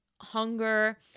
hunger